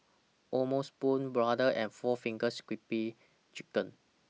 O'ma Spoon Brother and four Fingers Crispy Chicken